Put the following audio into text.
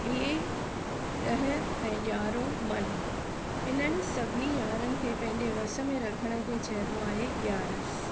इहे ॾह ऐं यारहों मन इन्हनि सभिनी यारनि खे पंहिंजे वस में रखण खे चइबो आहे ॻ्यारस